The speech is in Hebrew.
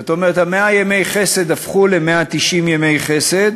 זאת אומרת, 100 ימי החסד הפכו ל-190 ימי חסד,